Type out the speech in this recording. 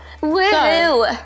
Woo